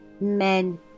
men